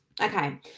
okay